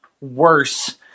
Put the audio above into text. worse